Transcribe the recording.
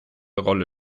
rolle